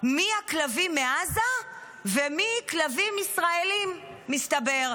מי הכלבים מעזה ומי כלבים ישראלים, מסתבר.